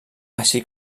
així